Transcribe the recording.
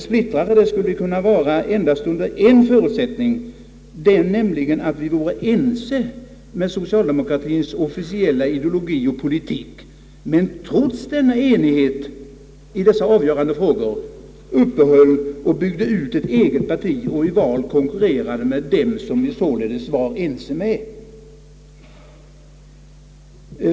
Splittrare skulle vi vara endast under en förutsättning, den nämligen att vi vore ense med socialdemokratiens officiella ideologi och politik men trots denna enighet i dessa avgörande frågor uppehöll och byggde ut ett eget parti och i val konkurrerade med dem som vi således var ense med.